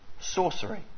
sorcery